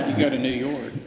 new york.